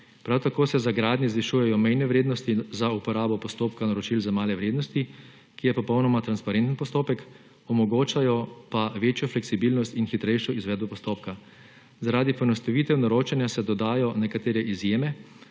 Prav tako se za gradnje zvišujejo mejne vrednosti za uporabo postopka naročil za male vrednosti, ki je popolnoma transparenten postopek, omogoča pa večjo fleksibilnost in hitrejšo izvedbo postopka. Zaradi poenostavitev naročanja se dodajo nekatere izjeme,